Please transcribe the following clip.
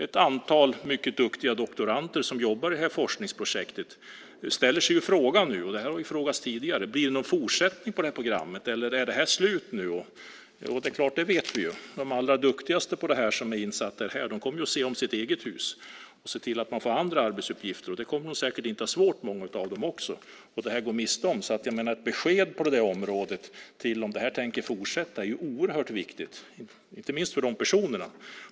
Ett antal mycket duktiga doktorander som jobbar i detta forskningsprojekt ställer nu frågan, vilken har ställts tidigare: Blir det någon fortsättning på detta program, eller är detta slut nu? Vi vet att de allra duktigaste som är insatta i detta kommer att se om sitt eget hus och se till att de får andra arbetsuppgifter. Och många av dem kommer säkert inte att ha svårt med detta. Då kan man gå miste om dem. Det är därför oerhört viktigt med ett besked på detta område, inte minst för dessa personer, och om detta kommer att fortsätta.